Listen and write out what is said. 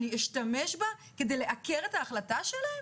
אני אשתמש בה כדי לעקר את ההחלטה שלהם?